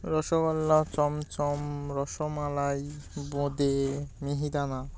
rasgulla chomchom rasmalai bonde মিহিদানা